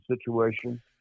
situation